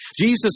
Jesus